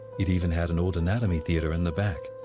it even had an old anatomy theater in the back.